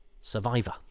survivor